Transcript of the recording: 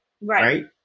Right